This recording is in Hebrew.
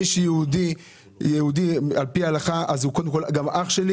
מי שיהודי על פי ההלכה אז הוא קודם כל אח שלי